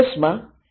માં એચ